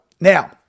Now